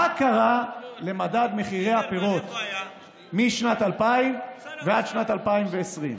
מה קרה למדד מחירי הפירות משנת 2000 ועד שנת 2020?